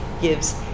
gives